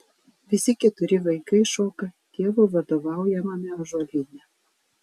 visi keturi vaikai šoka tėvo vadovaujamame ąžuolyne